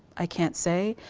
i can't say.